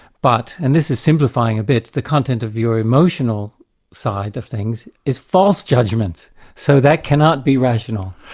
but, and this is simplifying a bit, the content of your emotional side of things is false judgment, so that cannot be rational.